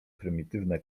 prymitywne